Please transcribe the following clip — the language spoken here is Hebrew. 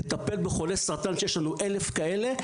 לטפל בחולה סרטן שיש לנו 1,000 כאלה.